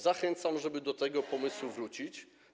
Zachęcam, żeby do tego pomysłu wrócić.